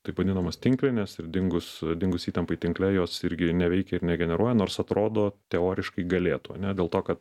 taip vadinamos tinklinės ir dingus dingus įtampai tinkle jos irgi neveikia ir negeneruoja nors atrodo teoriškai galėtų ane dėl to kad